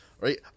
Right